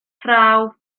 prawf